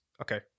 Okay